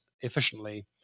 efficiently